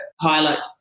pilot